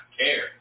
care